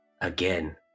Again